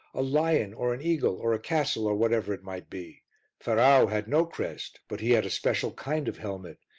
a lion or an eagle, or a castle, or whatever it might be ferrau had no crest, but he had a special kind of helmet,